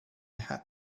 had